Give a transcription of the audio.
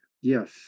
yes